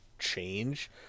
change